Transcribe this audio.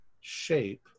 shape